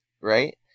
right